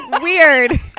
Weird